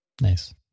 Nice